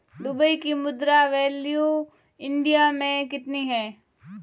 Dubai की मुद्रा value India मे कितनी है?